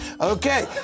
Okay